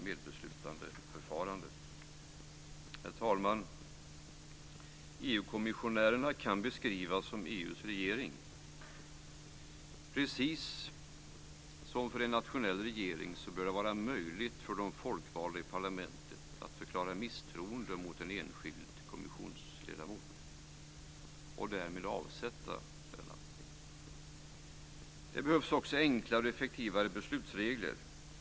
Herr talman! EU-kommissionärerna kan beskrivas som EU:s regering. Precis som för en nationell regering bör det vara möjligt för de folkvalda i parlamentet att förklara misstroende mot en enskild kommissionsledamot och därmed avsätta denna. Det behövs också enklare och effektivare beslutsregler.